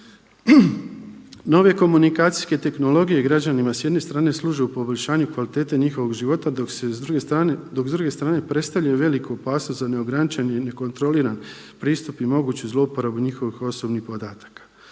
Nove komunikacijske tehnologije građanima s jedne strane služe u poboljšanju kvalitete njihovog života, dok s druge strane predstavljaju veliku opasnost za neograničen i nekontroliran pristup i moguću zlouporabu njihovih osobnih podataka.